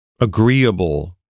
agreeable